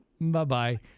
Bye-bye